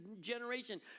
generation